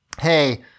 hey